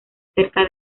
cerca